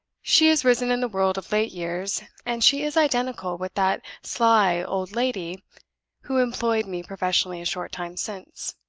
she has risen in the world of late years and she is identical with that sly old lady who employed me professionally a short time since.